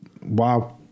Wow